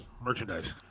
merchandise